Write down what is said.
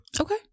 Okay